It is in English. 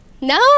No